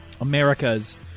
Americas